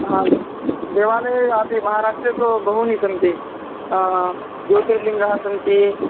हा देवालये अति महाराष्ट्रे तु बहूनि सन्ति ज्योतिर्लिङ्गः सन्ति